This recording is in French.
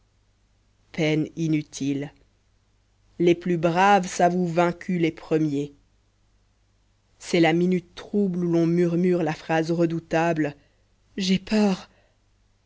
peine inutile les plus braves s'avouent vaincus les premiers c'est la minute trouble où l'on murmure la phrase redoutable j'ai peur